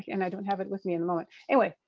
and i don't have it with me in the moment. anyway.